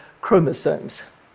chromosomes